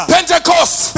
Pentecost